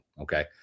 Okay